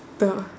the